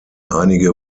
einige